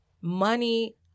money